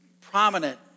prominent